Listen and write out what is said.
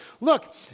Look